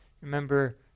Remember